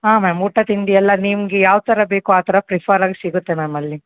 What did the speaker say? ಹಾಂ ಮ್ಯಾಮ್ ಊಟ ತಿಂಡಿ ಎಲ್ಲ ನಿಮ್ಗೆ ಯಾವ ಥರ ಬೇಕೋ ಆ ಥರ ಫ್ರಿಫರ್ ಆಗಿ ಸಿಗುತ್ತೆ ಮ್ಯಾಮ್ ಅಲ್ಲಿ